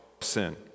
sin